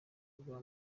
bwa